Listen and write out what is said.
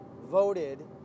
voted